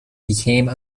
became